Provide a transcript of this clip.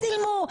לא צילמו.